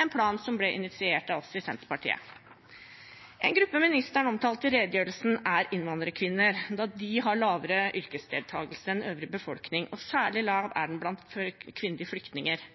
en plan som ble initiert av oss i Senterpartiet. En gruppe ministeren omtalte i redegjørelsen, er innvandrerkvinner, da de har lavere yrkesdeltakelse enn øvrig befolkning, og særlig lav er den blant kvinnelige flyktninger.